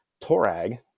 torag